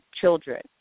children